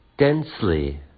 Densely